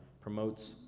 promotes